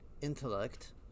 intellect